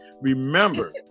Remember